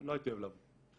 לא הייתי אוהב לבוא בכלל.